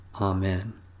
Amen